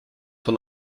von